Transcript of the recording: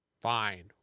Fine